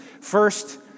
first